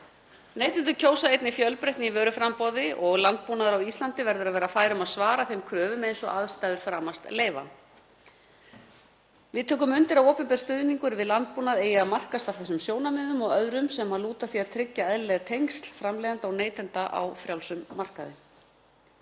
Neytendur kjósa einnig fjölbreytni í vöruframboði og landbúnaður á Íslandi verður að vera fær um að svara þeim kröfum eins og aðstæður framast leyfa. Við tökum undir að opinber stuðningur við landbúnað eigi að markast af þessum sjónarmiðum og öðrum sem lúta að því að tryggja eðlileg tengsl framleiðenda og neytenda á frjálsum markaði.